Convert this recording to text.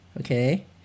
okay